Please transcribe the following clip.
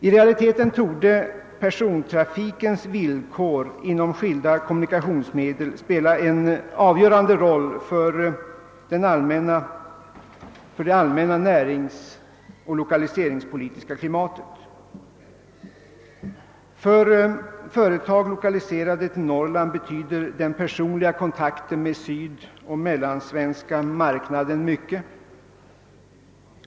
I realiteten torde persontrafikens villkor vara av avgörande betydelse för det allmänna näringsoch lokaliseringspolitiska klimatet. För företag lokaliserade till Norrland betyder den personliga kontakten med den sydoch mellansvenska marknaden mycket.